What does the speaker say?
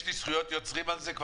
יש לי זכויות יוצרים על זה.